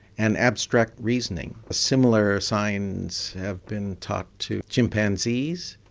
and abstract reasoning. similar signs have been taught to chimpanzees.